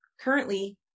Currently